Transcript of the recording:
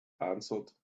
answered